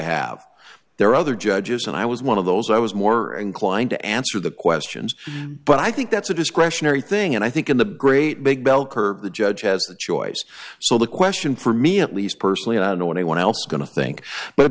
have there are other judges and i was one of those i was more inclined to answer the questions but i think that's a discretionary thing in i think in the great big bell curve the judge has the choice so the question for me at least personally i nor anyone else is going to think